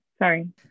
sorry